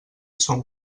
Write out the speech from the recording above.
són